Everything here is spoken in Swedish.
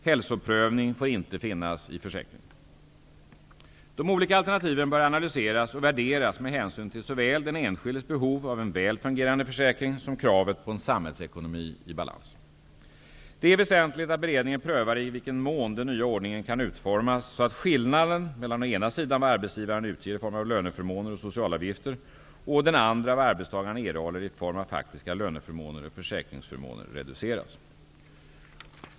Hälsoprövning får inte finnas i försäkringen. De olika alternativen bör analyseras och värderas med hänsyn till såväl den enskildes behov av en väl fungerande försäkring som kravet på en samhällsekonomi i balans. Det är väsentligt att beredningen prövar i vilken mån den nya ordningen kan utformas, så att skillnaden mellan å ena sidan vad arbetsgivaren utger i form av löneförmåner och socialavgifter och å den andra vad arbetstagaren erhåller i form av faktiska löneförmåner och försäkringsförmåner reduceras.